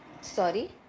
Sorry